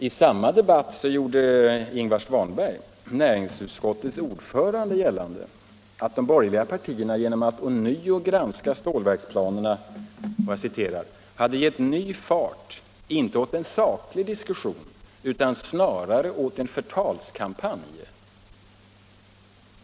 I samma debatt gjorde Ingvar Svanberg, näringsutskottets ordförande, gällande att de borgerliga partierna genom att ånyo granska stålverksplanerna ”gett ny fart, inte åt en saklig diskussion, utan snarare åt en förtalskampanj”.